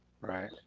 right